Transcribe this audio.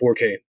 4K